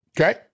Okay